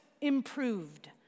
improved